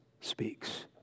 speaks